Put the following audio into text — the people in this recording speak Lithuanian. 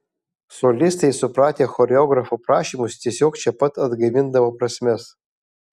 solistai supratę choreografo prašymus tiesiog čia pat atgaivindavo prasmes